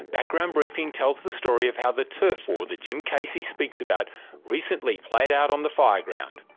background briefing tells the story of how the turf war that jim casey speaks about recently played out on the fire ground.